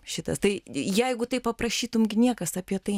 šitas tai jeigu taip paprašytum gi niekas apie tai